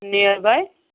near by